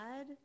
add